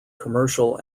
commercial